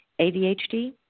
ADHD